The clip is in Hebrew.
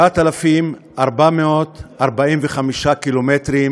9,445 קילומטרים